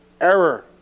error